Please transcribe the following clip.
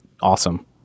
awesome